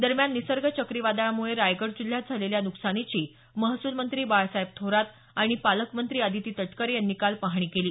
दरम्यान निसर्ग चक्रीवादळामुळे रायगड जिल्यात झालेल्या नुकसानीची महसूल मंत्री बाळासाहेब थोरात आणि पालकमंत्री आदिती तटकरे यांनी काल पहाणी केली